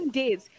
days